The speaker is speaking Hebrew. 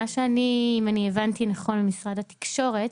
אם אני הבנתי נכון ממשרד התקשורת,